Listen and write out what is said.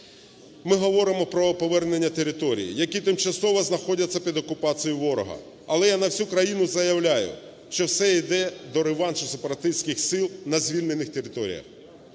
Ми говоримо про повернення територій, які тимчасово знаходяться під окупацією ворога, але я на всю країну заявляю, що все йде до реваншу сепаратистських сил на звільнених територіях.